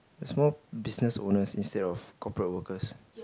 small business owners instead of corporate workers